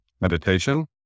meditation